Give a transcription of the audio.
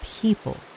people